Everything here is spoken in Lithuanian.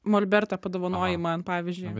molbertą padovanoji man pavyzdžiui